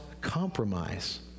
compromise